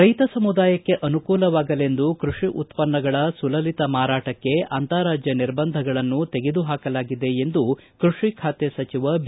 ರೈತ ಸಮುದಾಯಕ್ಕೆ ಅನುಕೂಲವಾಗಲೆಂದು ಕೃಷಿ ಉತ್ಪನ್ನಗಳ ಸುಲಲಿತ ಮಾರಾಟಕ್ಕೆ ಅಂತಾರಾಜ್ಯ ನಿರ್ಬಂಧಗಳನ್ನು ತೆಗೆದುಹಾಕಲಾಗಿದೆ ಎಂದು ಕೃಷಿ ಖಾತೆ ಸಚಿವ ಬಿ